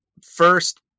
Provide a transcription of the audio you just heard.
first